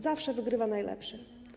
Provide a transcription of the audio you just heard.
Zawsze wygrywa najlepszy.